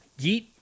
Yeet